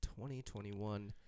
2021